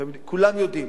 כולם יודעים,